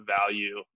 value